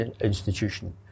institution